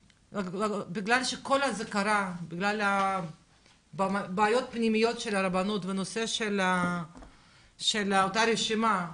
בגלל כל זה קרה בגלל בעיות פנימיות של הרבנות בנושא של אותה רשימה,